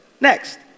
next